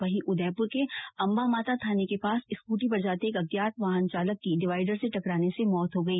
वहीं उदयपुर के अम्बामाता थाने के पास स्कूटी पर जाते एक अज्ञात वाहन चालक की डिवाईडर से टकराने से र्मात हो गई